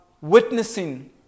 witnessing